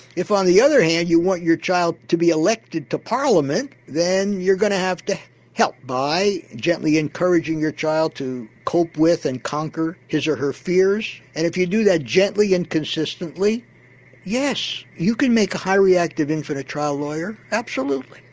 if on the other hand you want your child to be elected to parliament, then you're going to have to help by gently encouraging your child to cope with and conquer his or her fears, and if you do that gently and consistently yes, you can make a high reactive infant a trial lawyer absolutely.